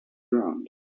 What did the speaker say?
ground